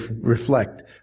reflect